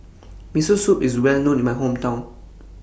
Miso Soup IS Well known in My Hometown